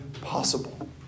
possible